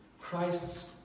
Christ's